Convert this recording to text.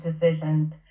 decisions